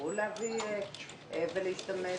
שתצטרכו להשתמש